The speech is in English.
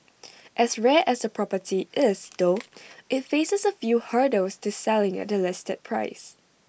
as rare as the property is though IT faces A few hurdles to selling at the listed price